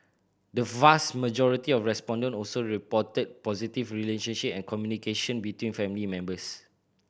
the vast majority of respondent also reported positive relationship and communication between family members